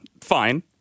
Fine